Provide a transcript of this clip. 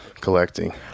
collecting